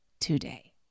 today